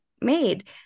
Made